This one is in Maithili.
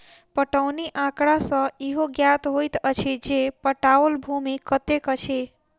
पटौनी आँकड़ा सॅ इहो ज्ञात होइत अछि जे पटाओल भूमि कतेक अछि